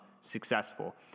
successful